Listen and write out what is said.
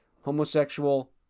homosexual